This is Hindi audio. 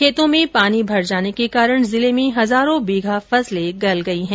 खेतों में पानी भर जाने के कारण जिले में हजारों बीघा फसलें गल गई हैं